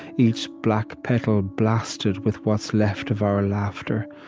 each black petal blasted with what's left of our laughter.